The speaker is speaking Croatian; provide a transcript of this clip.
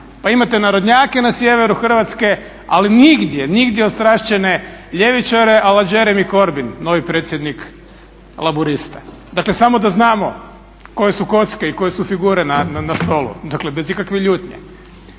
Pa imate narodnjake na sjeveru Hrvatske, ali nigdje, nigdje ostrašćene ljevičare … novi predsjednik laburista. Dakle samo da znamo koje su kocke i koje su figure na stolu, bez ikakve ljutnje.